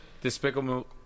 Despicable